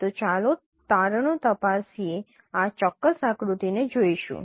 તો ચાલો તારણો તપાસીએ આ ચોક્કસ આકૃતિ ને જોઈશું